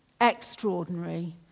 extraordinary